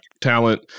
talent